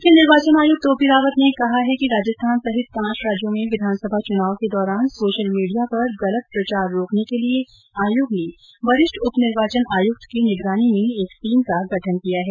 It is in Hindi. मुख्य निर्वाचन आयुक्त ओ पी रावत ने कहा है कि राजस्थान सहित पांच राज्यों में विधानसभा चुनाव के दौरान सोशल मीडिया पर गलत प्रचार रोकने के लिए आयोग ने वरिष्ठ उप निर्वाचन आयुक्त की निगरानी में एक टीम का गठन किया है